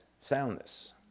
soundness